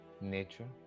Nature